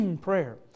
prayer